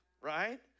right